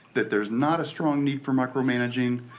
that there's not a strong need for micromanaging